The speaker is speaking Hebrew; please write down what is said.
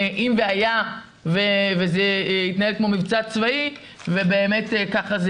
אם והיה וזה יתנהל כמו מבצע צבאי ובאמת ככה זה